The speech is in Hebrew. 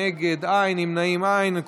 נגד, אין, נמנעים, אין.